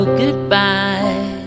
goodbye